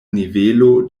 nivelo